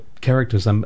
characters